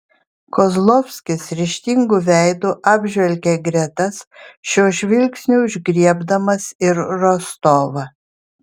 kozlovskis ryžtingu veidu apžvelgė gretas šiuo žvilgsniu užgriebdamas ir rostovą